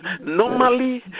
normally